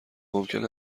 ممکن